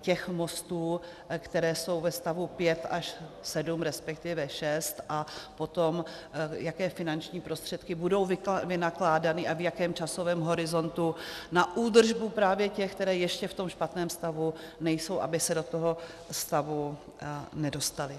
těch mostů, které jsou ve stavu 5 až 7, resp. 6, a potom, jaké finanční prostředky budou vynakládány a v jakém časovém horizontu na údržbu právě těch, které ještě v tom špatném stavu nejsou, aby se do toho stavu nedostaly.